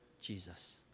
Jesus